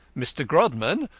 mr. grodman,